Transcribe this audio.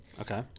Okay